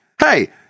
Hey